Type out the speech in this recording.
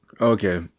Okay